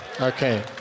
Okay